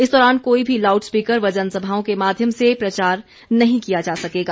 इस दौरान कोई भी लाउडस्पीकर व जनसभाओं के माध्यम से प्रचार नहीं किया जा सकेगा